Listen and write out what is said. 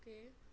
okay